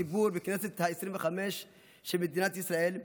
ציבור בכנסת העשרים-וחמש של מדינת ישראל,